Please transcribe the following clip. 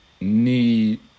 need